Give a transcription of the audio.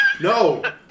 No